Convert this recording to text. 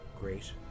Great